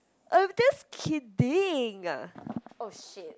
I'm just kidding eh oh shit